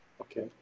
Okay